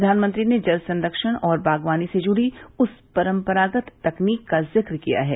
प्रधानमंत्री ने जल संरक्षण और बागवानी से जुड़ी उस परंपरागत तकनीक का जिक्र किया है